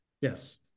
Yes